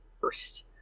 first